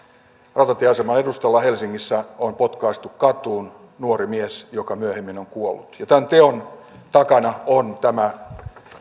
rautatieaseman edustalla helsingissä on potkaistu katuun nuori mies joka myöhemmin on kuollut ja tämän teon takana on tämä